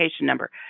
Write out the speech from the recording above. number